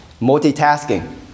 multitasking